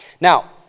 Now